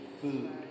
food